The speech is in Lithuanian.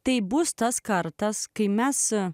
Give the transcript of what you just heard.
taip bus tas kartas kai mes